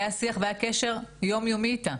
היה שיח והיה קשר יומיומי איתה.